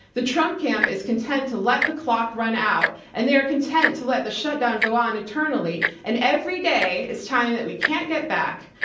the trump camp is content to let the clock run out, and they are content to let the shutdown go on eternally, and every day is time that we can't get back.